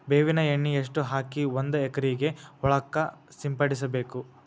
ಬೇವಿನ ಎಣ್ಣೆ ಎಷ್ಟು ಹಾಕಿ ಒಂದ ಎಕರೆಗೆ ಹೊಳಕ್ಕ ಸಿಂಪಡಸಬೇಕು?